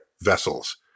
vessels